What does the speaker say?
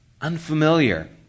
unfamiliar